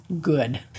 good